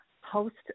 host